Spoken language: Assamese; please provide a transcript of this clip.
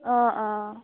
অঁ অঁ